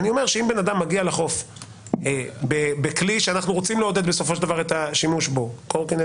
בן אדם מגיע לחוף בכלי שאנחנו רוצים לעודד את השימוש בו קורקינט